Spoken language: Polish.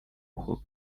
ucho